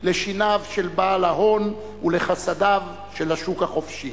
לשיניו של בעל ההון ולחסדיו של השוק החופשי.